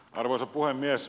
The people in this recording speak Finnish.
arvoisa puhemies